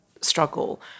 struggle